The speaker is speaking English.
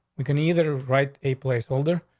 we can either write a placeholder,